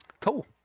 cool